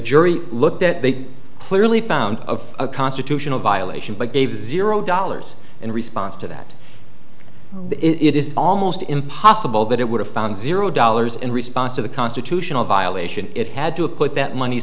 jury look that they clearly found of a constitutional violation but gave zero dollars in response to that it is almost impossible that it would have found zero dollars in response to the constitutional violation it had to a put that money